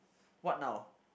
what now